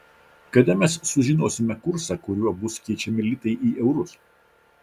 kada mes sužinosime kursą kuriuo bus keičiami litai į eurus